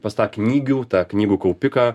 pas tą knygių tą knygų kaupiką